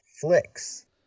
flicks